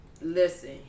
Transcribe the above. listen